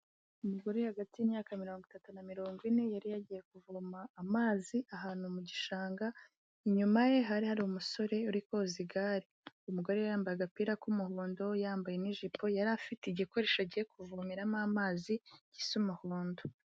Umugore uri hagati y'imyaka mirongo itatu na mirongo ine yari yagiye kuvoma amazi ahantu mu gishanga, inyuma ye hari hari umusore uri koza igare, umugore yari yambaye agapira k'umuhondo yambaye n'ijipo yari afite igikoresho agiye kuvomeramo amazi gisa umuhondo.